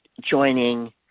joining